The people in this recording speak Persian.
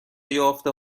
یافته